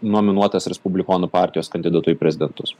nominuotas respublikonų partijos kandidatu į prezidentus